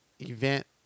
event